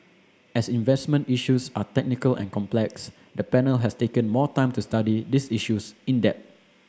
as investment issues are technical and complex the panel has taken more time to study these issues in depth